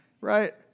Right